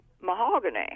Mahogany